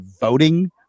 voting